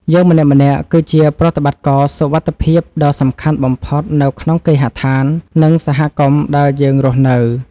យើងម្នាក់ៗ គឺជាប្រតិបត្តិករសុវត្ថិភាពដ៏សំខាន់បំផុតនៅក្នុងគេហដ្ឋាន និងសហគមន៍ដែលយើងរស់នៅ។